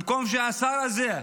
במקום שהשר הזה,